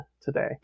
today